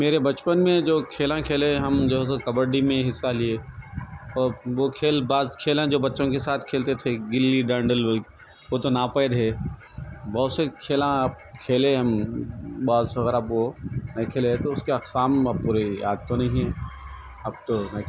میرے بچپن میں جو کھیل کھیلے ہم جو سوں کبڈّی میں حصّہ لیے اور وہ کھیل بعض کھیلوں جو بچوں کے ساتھ کھیلتے تھے گلی ڈنڈا بول کہ وہ تو ناپید ہے بہت سے کھیل اب کھیلے ہم بالس وغیرہ کو نہیں کھیلے تو اس کے اقسام اب پورے یاد تو نہیں ہے اب تو نہ